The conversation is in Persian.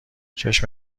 چشم